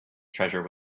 treasure